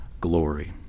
glory